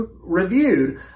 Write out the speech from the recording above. reviewed